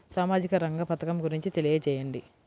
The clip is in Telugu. సామాజిక రంగ పథకం గురించి తెలియచేయండి?